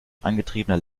angetriebene